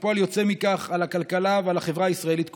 וכפועל יוצא מכך על הכלכלה ועל החברה הישראלית כולה.